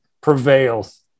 prevails